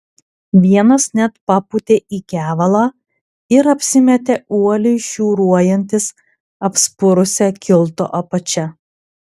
vienas net papūtė į kevalą ir apsimetė uoliai šiūruojantis apspurusia kilto apačia